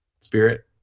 spirit